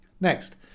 Next